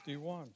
51